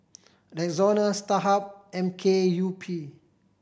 Rexona Starhub M K U P